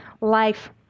life